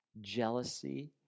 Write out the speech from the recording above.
jealousy